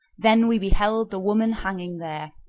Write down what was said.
then we beheld the woman hanging there,